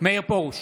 מאיר פרוש,